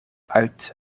uit